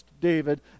David